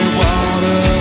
water